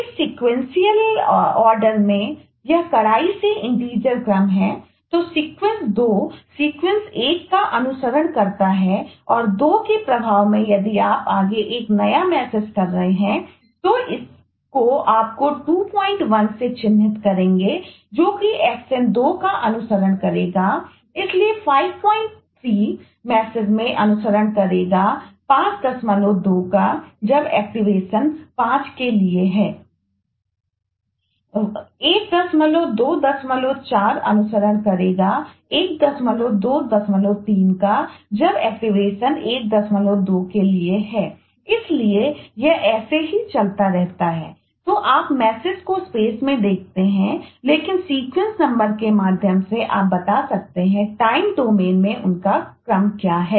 इस sequential order के माध्यम से आप बता सकते हैं time domain में उनका क्रम क्या है